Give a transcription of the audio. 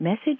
Message